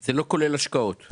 זה כולל השקעות.